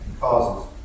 causes